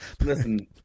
listen